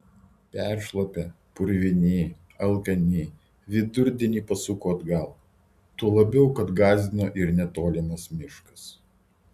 peršlapę purvini alkani vidurdienį pasuko atgal tuo labiau kad gąsdino ir netolimas miškas